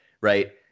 right